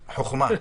הוגנת.